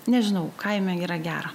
nežinau kaime yra gera